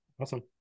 Awesome